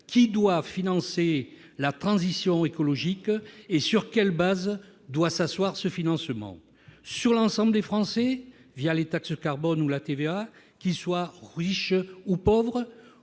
qui doit financer la transition écologique et sur quelles bases doit s'asseoir ce financement ? Sur l'ensemble des Français les taxes carbone ou la TVA, qu'ils soient riches ou pauvres ?